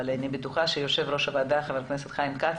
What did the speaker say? אבל אני בטוחה שיושב-ראש הוועדה חבר הכנסת חיים כץ